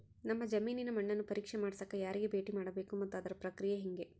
ನಮ್ಮ ಜಮೇನಿನ ಮಣ್ಣನ್ನು ಪರೇಕ್ಷೆ ಮಾಡ್ಸಕ ಯಾರಿಗೆ ಭೇಟಿ ಮಾಡಬೇಕು ಮತ್ತು ಅದರ ಪ್ರಕ್ರಿಯೆ ಹೆಂಗೆ?